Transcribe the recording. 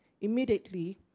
Immediately